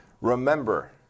remember